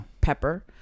Pepper